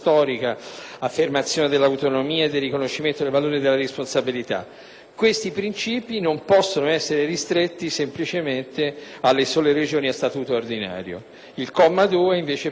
questi principi non possono essere ristretti alle sole Regioni a statuto ordinario. Il comma 2, invece, prevede una sorta di deroga per le Regioni e le Province autonome.